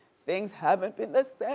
things haven't been the